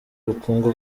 ubukungu